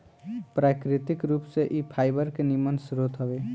प्राकृतिक रूप से इ फाइबर के निमन स्रोत हवे